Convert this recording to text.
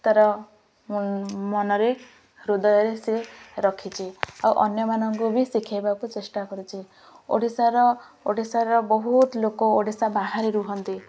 ତା'ର ମନରେ ହୃଦୟରେ ସେ ରଖିଚି ଆଉ ଅନ୍ୟମାନଙ୍କୁ ବି ଶିଖାଇବାକୁ ଚେଷ୍ଟା କରିଛି ଓଡ଼ିଶାର ଓଡ଼ିଶାର ବହୁତ ଲୋକ ଓଡ଼ିଶା ବାହାରେ ରୁହନ୍ତି